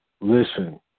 Listen